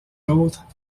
d’autres